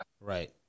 Right